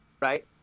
Right